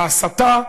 ההסתה,